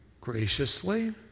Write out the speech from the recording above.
graciously